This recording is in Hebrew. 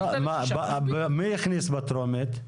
מי הכניס בטרומית?